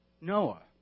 Noah